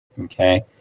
Okay